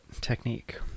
technique